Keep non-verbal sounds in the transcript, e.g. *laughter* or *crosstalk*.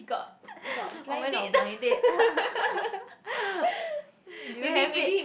or went on blind date *laughs* do you have it